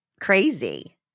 crazy